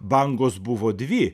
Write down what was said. bangos buvo dvi